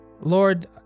Lord